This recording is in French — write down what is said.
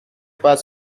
pas